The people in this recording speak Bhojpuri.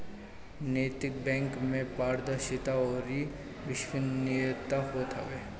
नैतिक बैंक में पारदर्शिता अउरी विश्वसनीयता होत हवे